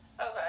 okay